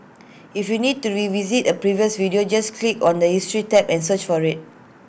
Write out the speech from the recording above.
if you need to revisit A previous video just click on the history tab and search for IT